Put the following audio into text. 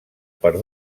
per